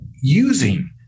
using